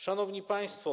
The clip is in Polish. Szanowni Państwo!